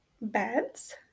Beds